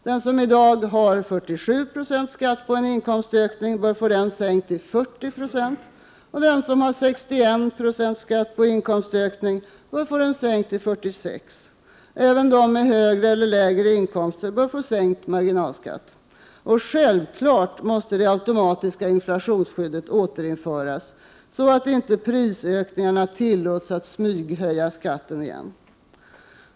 Den som i dag har 47 96 skatt på en inkomstökning bör få skatten sänkt till 40 26 och den som har 61 90 skatt på en inkomstökning bör få skatten sänkt till 46 20. Även de som har högre eller lägre inkomster bör få sänkt marginalskatt. Självfallet måste det automatiska inflationsskyddet återinföras, så att inte prisökningarna tillåts smyghöja skatten igen.